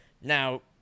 Now